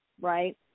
right